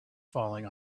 falling